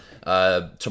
Tomorrow